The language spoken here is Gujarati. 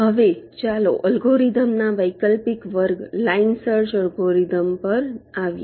હવે ચાલો અલ્ગોરિધમના વૈકલ્પિક વર્ગ લાઇન સર્ચ એલ્ગોરિધમ પર આવીએ